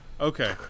okay